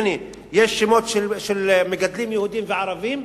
הנה, יש שמות של מגדלים יהודים וערבים,